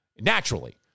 Naturally